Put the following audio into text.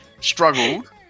struggled